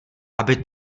aby